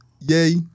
Yay